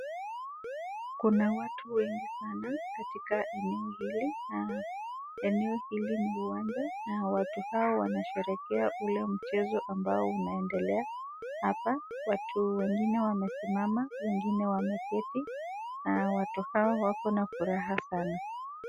Kuna watu wengi sana katika eneo hili na eneo hili ni uwanja na watu hawa wanasherehekea ule mchezo ambao unaendelea hapa. Watu wengine wamesimama, wengine wameketi na watu hawa wako na furaha sana.